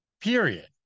period